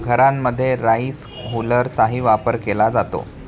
घरांमध्ये राईस हुलरचाही वापर केला जातो